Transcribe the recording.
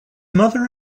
mother